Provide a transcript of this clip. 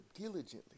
diligently